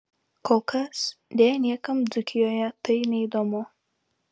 kol kas deja niekam dzūkijoje tai neįdomu